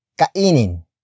kainin